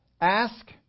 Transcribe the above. Ask